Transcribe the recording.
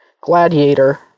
Gladiator